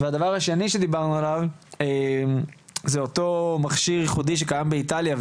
והדבר השני שדיברנו עליו זה אותו מכשיר ייחודי שקיים באיטליה,